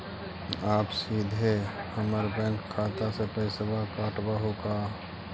आप सीधे हमर बैंक खाता से पैसवा काटवहु का?